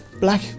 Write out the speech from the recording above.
Black